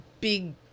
big